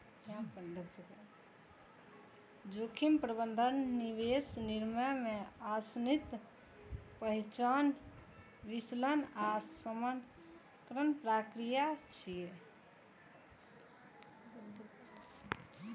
जोखिम प्रबंधन निवेश निर्णय मे अनिश्चितताक पहिचान, विश्लेषण आ शमनक प्रक्रिया छियै